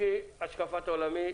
לפי השקפת עולמי,